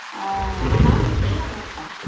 অঁ আমাৰো একেই অৱস্থা